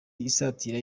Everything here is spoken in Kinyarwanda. isatira